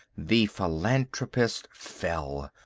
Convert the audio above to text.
the philanthropist fell.